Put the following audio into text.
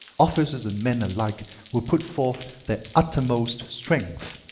officers and men alike will put forth their uttermost strength.